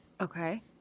Okay